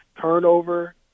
Turnover